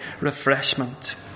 refreshment